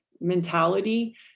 mentality